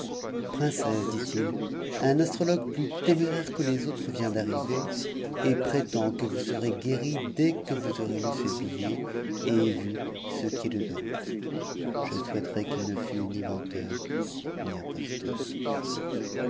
macesse dit-il un astrologue plus téméraire que les autres vient i'arriver et prétend que vous serez guérie dès que vous aurez lu ce muct et vu ce qui est dedans je souhaiterais qu'it ne fût ni menteur ni imposteur